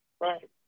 Right